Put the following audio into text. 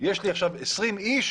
יש לי עכשיו 20 אנשים